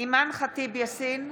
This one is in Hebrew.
אימאן ח'טיב יאסין,